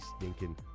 stinking